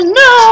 no